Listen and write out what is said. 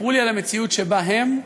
סיפרו לי על המציאות שבה הם,